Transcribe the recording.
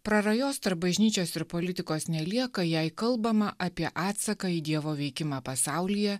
prarajos tarp bažnyčios ir politikos nelieka jei kalbama apie atsaką į dievo veikimą pasaulyje